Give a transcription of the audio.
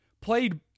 played